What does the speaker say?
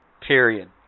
Period